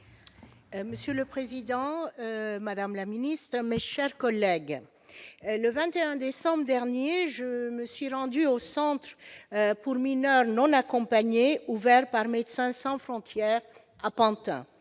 Monsieur le président, madame la ministre, mes chers collègues, le 21 décembre dernier, je me suis rendue au centre pour mineurs non accompagnés ouvert par Médecins sans frontières à Pantin.